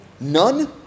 None